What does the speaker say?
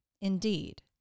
Indeed